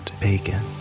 bacon